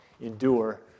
endure